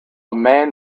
man